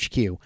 HQ